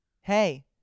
hey